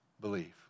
believe